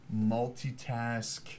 multitask